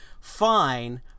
fine